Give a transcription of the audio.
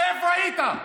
איפה היית?